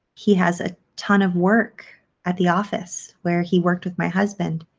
he has a ton of work at the office where he worked with my husband